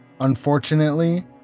Unfortunately